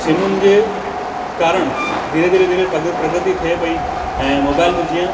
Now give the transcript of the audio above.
सिमुंन जे कारण धीरे धीरे धीरे प्रग प्रगति थिए पई ऐं मोबाइल में जीअं